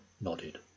nodded